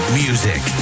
music